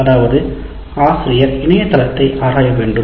அதாவது ஆசிரியர் இணையதளத்தை ஆராயவேண்டும்